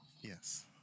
Yes